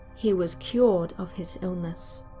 he was cured of his illness.